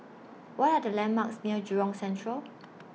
What Are The landmarks near Jurong Central